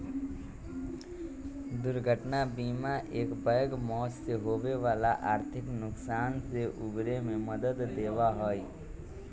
दुर्घटना बीमा एकबैग मौत से होवे वाला आर्थिक नुकसान से उबरे में मदद देवा हई